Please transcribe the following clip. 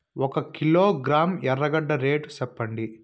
ఒక కిలోగ్రాము ఎర్రగడ్డ రేటు సెప్పండి?